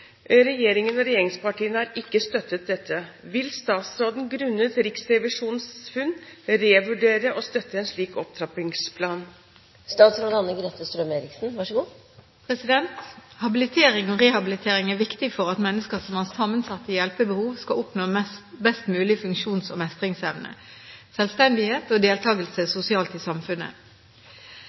Regjeringen og regjeringspartiene har ikke støttet dette. Vil statsråden grunnet Riksrevisjonens funn revurdere å støtte en slik opptrappingsplan?» Habilitering og rehabilitering er viktig for at mennesker som har sammensatte hjelpebehov, skal oppnå best mulig funksjons- og mestringsevne, selvstendighet og deltakelse sosialt og i samfunnet.